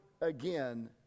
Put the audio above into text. again